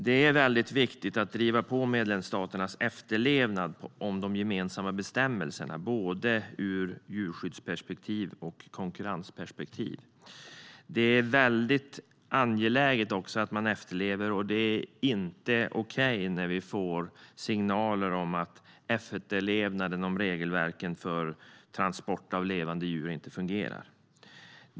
Det är viktigt att driva på medlemsstaternas efterlevnad av de gemensamma bestämmelserna ur både djurskydds och konkurrensperspektiv. Det är inte okej när vi får signaler om att efterlevnaden av regelverken för transport av levande djur inte fungerar.